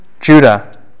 Judah